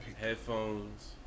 headphones